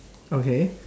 okay